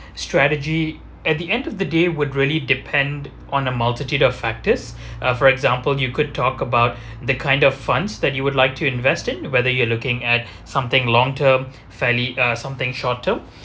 strategy at the end of the day would really depend on a multitude of factors uh for example you could talk about the kind of funds that you would like to invest in whether you're looking at something long term fairly uh something short term